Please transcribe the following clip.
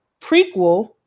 prequel